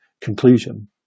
conclusion